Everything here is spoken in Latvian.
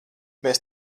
mēs